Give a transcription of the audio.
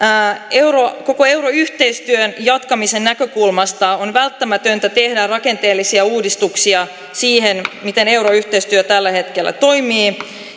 koko euroyhteistyön jatkamisen näkökulmasta on välttämätöntä tehdä rakenteellisia uudistuksia siihen miten euroyhteistyö tällä hetkellä toimii